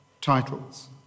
titles